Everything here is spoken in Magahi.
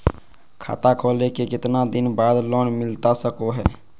खाता खोले के कितना दिन बाद लोन मिलता सको है?